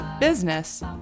business